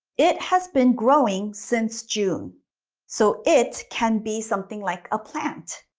it has been growing since june so it can be something like a plant.